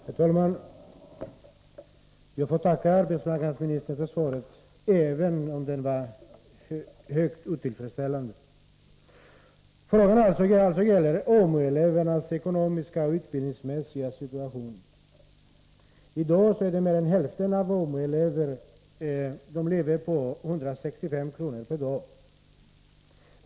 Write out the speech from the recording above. Herr talman! Jag får tacka arbetsmarknadsministern för svaret, även om det var högst otillfredsställande. Frågan gäller alltså AMU-elevernas ekonomiska och utbildningsmässiga situation. I dag lever mer än hälften av AMU-eleverna på 165 kr./dag.